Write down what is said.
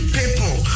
people